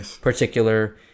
particular